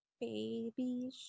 Baby